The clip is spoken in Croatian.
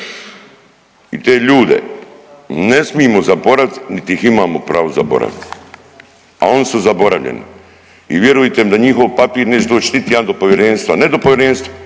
I te ljude ne smijemo zaboraviti niti ih imamo pravo zaboraviti, a oni su zaboravljeni. I vjerujte mi da njihov papir neće doći niti jedan do povjerenstva,